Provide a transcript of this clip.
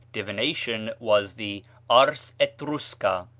divination was the ars etrusca.